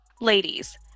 ladies